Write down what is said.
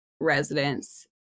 residents